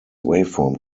waveform